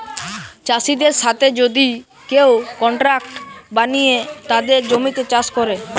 চাষিদের সাথে যদি কেউ কন্ট্রাক্ট বানিয়ে তাদের জমিতে চাষ করে